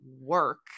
work